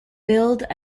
build